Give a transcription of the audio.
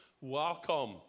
Welcome